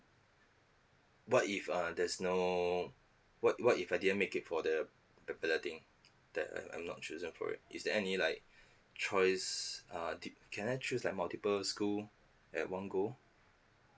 but if err there's no what what if I didn't make it for the the ballot thing that I'm I'm not chosen for it is there any like choice uh the can I choose like multiple school at one go